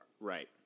Right